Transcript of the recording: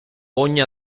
ogni